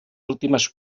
últimes